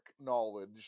knowledge